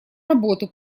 работу